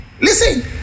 Listen